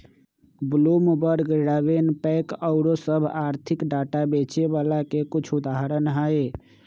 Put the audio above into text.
Bloomberg, RavenPack आउरो सभ आर्थिक डाटा बेचे बला के कुछ उदाहरण हइ